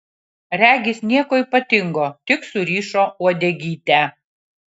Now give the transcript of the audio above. regis nieko ypatingo tik surišo uodegytę